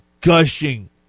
gushing